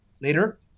later